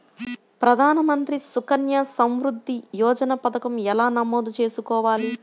ప్రధాన మంత్రి సుకన్య సంవృద్ధి యోజన పథకం ఎలా నమోదు చేసుకోవాలీ?